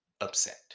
upset